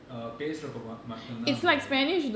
err பேசுறப்போமட்டும்தா:pesurappo mattumtha